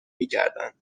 میکردند